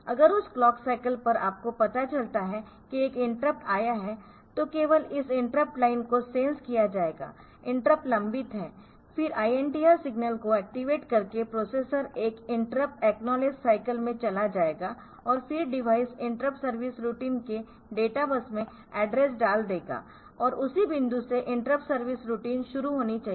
अगर उस clock cycle पर आपको पता चलता है कि एक इंटरप्ट आया है तो केवल इस इंटरप्ट लाइन को सेंस किया जाएगा इंटरप्ट लंबित है फिर INTR सिग्नल को एक्टिवेट करके प्रोसेसर एक इंटरप्ट एकनॉलेज साईकल में चला जाएगा और फिर डिवाइस इंटरप्ट सर्विस रूटीन के डेटा बस में एड्रेस डाल देगा और उसी बिंदु से इंटरप्ट सर्विस रूटीन शुरू होनी चाहिए